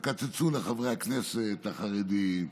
תקצצו לחברי הכנסת החרדים,